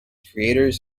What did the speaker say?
creators